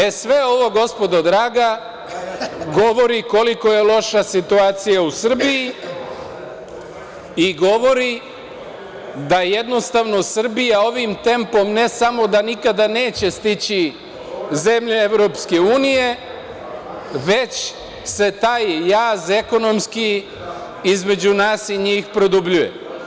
E, sve ovo, gospodo draga, govori koliko je loša situacija u Srbiji i govori da jednostavno Srbija ovim tempom ne samo da nikada neće stići zemlje EU, već se taj jaz ekonomski između nas i njih produbljuje.